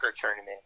tournament